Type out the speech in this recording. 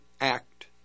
act